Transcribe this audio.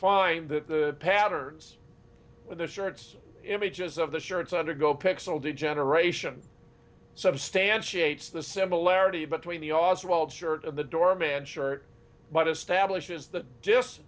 find that the patterns of the shirts images of the shirts undergo pixel degeneration substantiates the similarity between the oswald shirt and the doorman shirt b